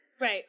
Right